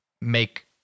make